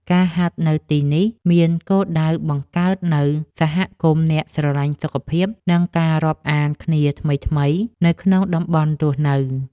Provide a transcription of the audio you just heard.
ការហាត់នៅទីនេះមានគោលដៅបង្កើតនូវសហគមន៍អ្នកស្រឡាញ់សុខភាព និងការរាប់អានគ្នាថ្មីៗនៅក្នុងតំបន់រស់នៅ។